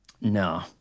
no